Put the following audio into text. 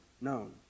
known